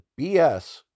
BS